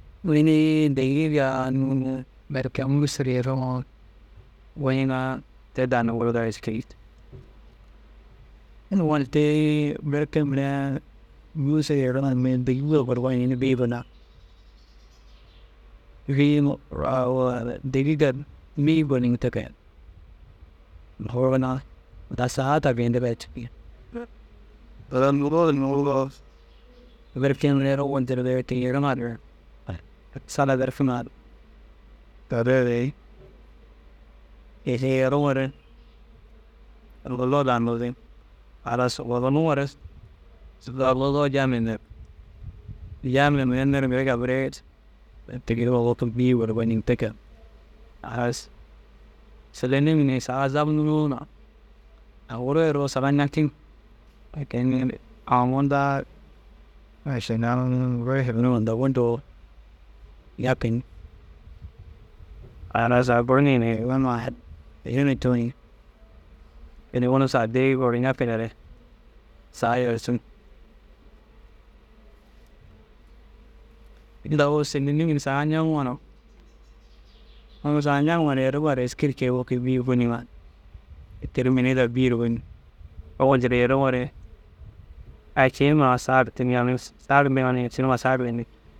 Mîni dêgiga ‹hesitation› berke ŋûnusur yeriŋoo goyiŋaã te daa nugurgar jikii. Ôwel tei berke mire ŋunusur yeriŋa mire ni dêgiga buru goñiŋg buru ginna bîyoo ogu dêgiga bîyi gonig te ke. Guru ginna daa saata geyindigire cikii. berke mire owel dir de tijiriŋar sala berkeŋar yerere kisi yeriŋo re lola daa nuzzi halas lolonuŋore lolo tuzoo jame nerg. Jame mire nerg mire ŋirigi tegiribar wôkid bîyuu gor goñiŋg te ke. Halas silenim ni saga zamnunnoo na aŋ guru eroo saga ñakiŋg te ke. Ogon daa mišil aŋ guru hirime huma dogu dôo ñakin halas aŋ ru ni hirime ma ediner coo ni ini ŋunusu addi ñakinere saga yerciŋg. Inda agu silenim ni saga ñaŋuŋoo na unnu saga ñaŋimar yerimar kei wekid bîyi goyiŋga ke teru mînida bîyi goyiŋg. Ôwel dir yeriŋoo re a cii numa saag tîni halas aŋ saag dîŋa cii numa dînig.